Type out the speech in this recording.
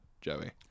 Joey